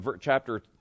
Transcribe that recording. chapter